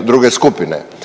druge skupine.